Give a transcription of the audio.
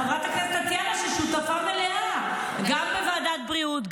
שהיא שותפה מלאה גם בוועדת הבריאות,